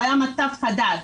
הוא היה מצב חדש.